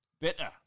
Bitter